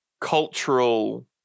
cultural